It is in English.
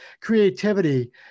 creativity